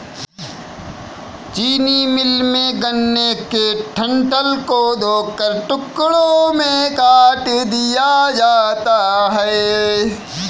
चीनी मिल में, गन्ने के डंठल को धोकर टुकड़ों में काट दिया जाता है